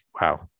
wow